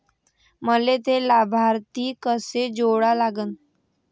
मले थे लाभार्थी कसे जोडा लागन?